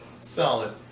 Solid